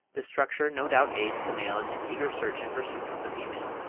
this structure no doubt aids the male in his eager search and pursuit of the female.